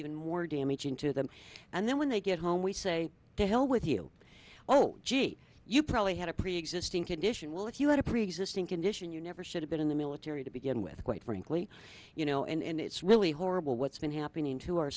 even more damaging to them and then when they get home we say to hell with you oh gee you probably had a preexisting condition well if you had a preexisting condition you never should have been in the military to begin with quite frankly you know and it's really horrible what's been happening to our